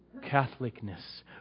Catholicness